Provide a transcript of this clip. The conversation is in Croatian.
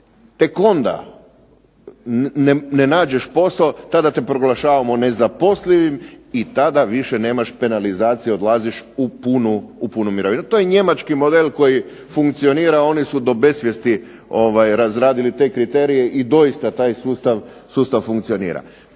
tek onda ne nađeš posao tada te proglašavamo nezaposlivim i tada više nemaš penalizacije, odlaziš u punu mirovinu. To je njemački model koji funkcionira, oni su do besvjesti razradili te kriterije i doista taj sustav funkcionira.